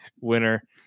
winner